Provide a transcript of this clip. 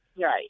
Right